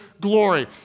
glory